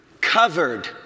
Covered